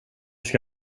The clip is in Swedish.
ska